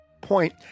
point